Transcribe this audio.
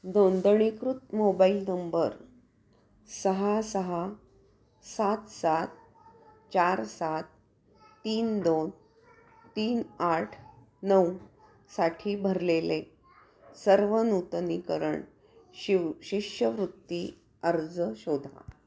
नोंदणीकृत mobile number सहा सहा सात सात चार सात तीन दोन तीन आठ नऊ साठी भरलेले सर्व नूतनीकरण शिव शिष्यवृत्ती अर्ज शोधा